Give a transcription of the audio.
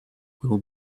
will